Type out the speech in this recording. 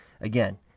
again